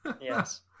yes